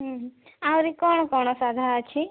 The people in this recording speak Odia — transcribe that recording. ହୁଁ ହୁଁ ଆହୁରି କଣ କଣ ସାଧା ଅଛି